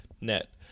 net